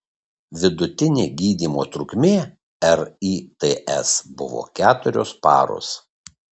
vidutinė gydymo trukmė rits buvo keturios paros